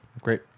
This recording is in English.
Great